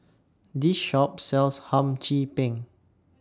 This Shop sells Hum Chim Peng